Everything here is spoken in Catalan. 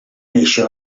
néixer